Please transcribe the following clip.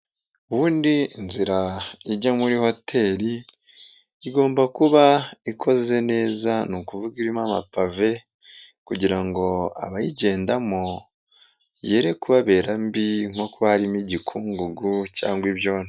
Ubundi inzira ijya muri hoteri igomba kuba ikoze neza ni ukuvugapa irimo amapave kugira ngo abayigendamo yere kubabera mbi nk'uko harimo igikungugu cyangwa ibyondo.